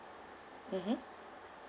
mmhmm